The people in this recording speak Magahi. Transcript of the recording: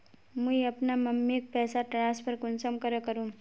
मुई अपना मम्मीक पैसा ट्रांसफर कुंसम करे करूम?